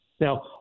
now